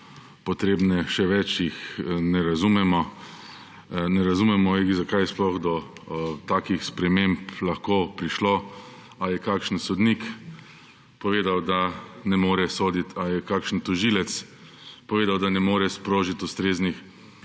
potrebne; še več, jih ne razumemo. Ne razumemo, zakaj je do takih sprememb sploh lahko prišlo. Ali je kakšen sodnik povedal, da ne more soditi, ali je kakšen tožilec povedal, da ne more sprožiti ustreznih